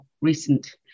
recent